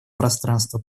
пространство